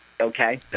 okay